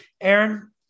Aaron